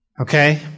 Okay